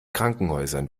krankenhäusern